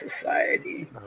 society